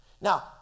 Now